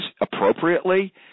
appropriately